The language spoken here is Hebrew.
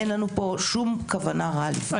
אין לנו פה שום כוונה רגע לפגוע.